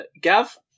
Gav